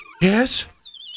Yes